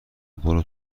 برو